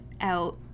out